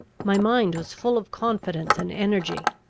my mind was full of confidence and energy.